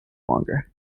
longer